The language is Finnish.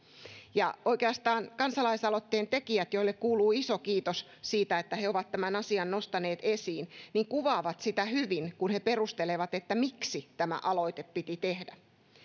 ja oikeastaan kansalaisaloitteen tekijät joille kuuluu iso kiitos siitä että he ovat tämän asian nostaneet esiin kuvaavat sitä hyvin kun he perustelevat miksi tämä aloite piti tehdä